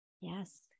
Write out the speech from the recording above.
Yes